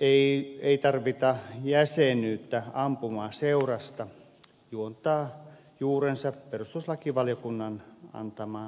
ei tarvita jäsenyyttä ampumaseurasta juontaa juurensa perustuslakivaliokunnan antamaan lausuntoon